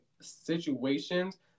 situations